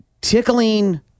tickling